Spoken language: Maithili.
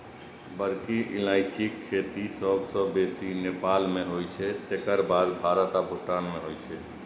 बड़की इलायचीक खेती सबसं बेसी नेपाल मे होइ छै, तकर बाद भारत आ भूटान मे होइ छै